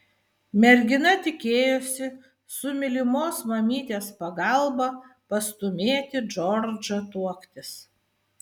mergina tikėjosi su mylimos mamytės pagalba pastūmėti džordžą tuoktis